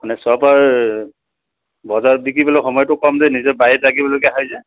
মানে সব আৰু বজাৰত বিকিবলৈ সময়টো কম যে নিজে বাৰীত লাগিবলগীয়া হয় যে